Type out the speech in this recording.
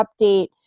update